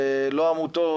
ולא עמותות,